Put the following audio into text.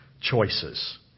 choices